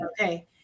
Okay